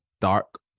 dark